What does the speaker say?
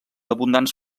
abundants